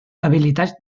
habilitats